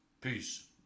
Peace